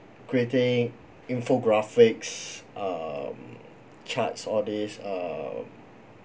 creating infographics um charts all these um